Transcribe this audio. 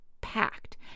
packed